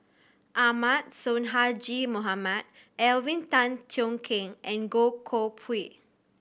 Ahmad Sonhadji Mohamad Alvin Tan Cheong Kheng and Goh Koh Pui